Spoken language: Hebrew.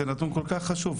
זה נתון כל כך חשוב.